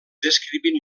descrivint